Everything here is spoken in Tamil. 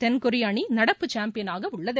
தென்கொரிய அணி நடப்பு சாம்பியனாக உள்ளது